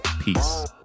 Peace